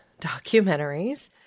documentaries